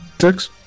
six